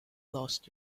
lost